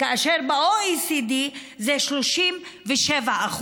כאשר ב-OECD זה 37%,